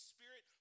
Spirit